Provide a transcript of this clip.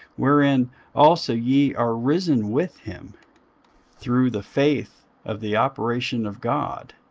wherein also ye are risen with him through the faith of the operation of god,